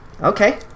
okay